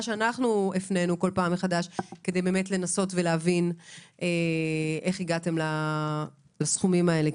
שאנחנו הפנינו כל פעם מחדש כדי לנסות ולהבין איך הגעתם לסכומים האלה.